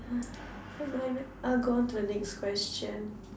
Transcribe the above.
never mind I'll go on to the next question